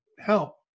Help